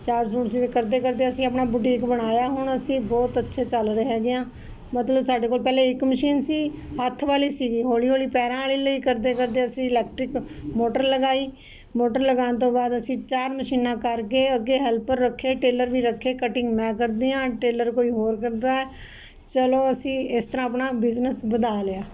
ਚਾਰ ਸੂਟ ਕਰਦੇ ਕਰਦੇ ਅਸੀਂ ਆਪਣਾ ਬੁਟੀਕ ਬਣਾਇਆ ਹੁਣ ਅਸੀਂ ਬਹੁਤ ਅੱਛੇ ਚੱਲ ਰਹੇ ਹੈਗੇ ਆਂ ਮਤਲਬ ਸਾਡੇ ਕੋਲ ਪਹਿਲਾਂ ਇੱਕ ਮਸ਼ੀਨ ਸੀ ਹੱਥ ਵਾਲੀ ਸੀਗੀ ਹੌਲੀ ਹੌਲੀ ਪੈਰਾਂ ਵਾਲੀ ਲਈ ਕਰਦੇ ਕਰਦੇ ਅਸੀਂ ਇਲੈਕਟ੍ਰਿਕ ਮੋਟਰ ਲਗਾਈ ਮੋਟਰ ਲਗਾਣ ਤੋਂ ਬਾਅਦ ਅਸੀਂ ਚਾਰ ਮਸ਼ੀਨਾਂ ਕਰਕੇ ਅੱਗੇ ਹੈਲਪਰ ਰੱਖੇ ਟੇਲਰ ਵੀ ਰੱਖੇ ਕਟਿੰਗ ਮੈ ਕਰਦੀ ਆਂ ਟੇਲਰ ਕੋਈ ਹੋਰ ਕਰਦਾ ਚਲੋ ਅਸੀਂ ਇਸ ਤਰਾਂ ਆਪਣਾ ਬਿਜਨਸ ਵਧਾ ਲਿਆ